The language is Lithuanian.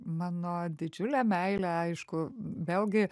mano didžiulė meilė aišku vėlgi